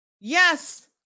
Yes